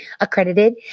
accredited